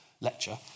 lecture